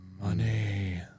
Money